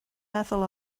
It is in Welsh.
meddwl